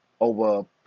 over